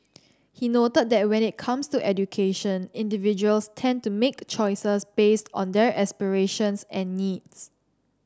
he noted that when it comes to education individuals tend to make choices based on their aspirations and needs